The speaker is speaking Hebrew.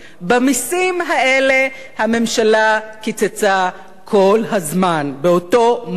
במסים האלה הממשלה קיצצה כל הזמן, באותו מס צודק,